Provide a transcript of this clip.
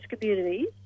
communities